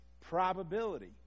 probability